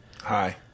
Hi